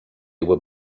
were